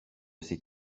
ses